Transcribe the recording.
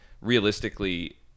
realistically